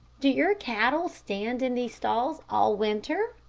do your cattle stand in these stalls all winter?